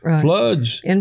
floods